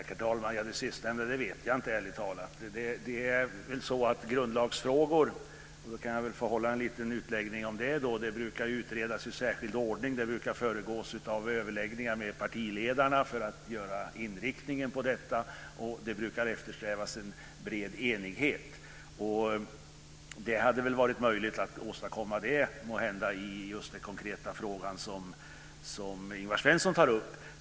Herr talman! Det sistnämnda vet jag inte, ärligt talat. Jag får väl göra en liten utläggning om grundlagsfrågorna. De brukar utredas i särskild ordning, och det hela brukar föregås av överläggningar med partiledarna för att göra inriktningen på detta klar. Det brukar också eftersträvas en bred enighet. Det hade måhända varit möjligt att åstadkomma det i just den konkreta fråga som Ingvar Svensson tar upp.